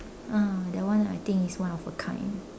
uh that one I think is one of a kind